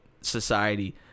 society